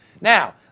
Now